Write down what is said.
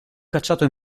cacciato